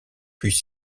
puis